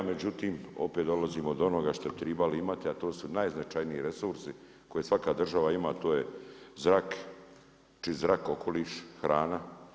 Međutim, opet dolazimo do onoga što bi tribali imati a to su najznačajniji resursi koje svaka država ima, a to je zrak, čist zrak, okoliš, hrana.